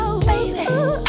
baby